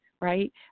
right